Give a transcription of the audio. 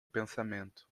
pensamento